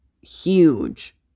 huge